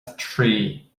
trí